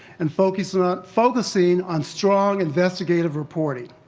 and focusing ah focusing on strong investigative reporting.